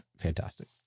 fantastic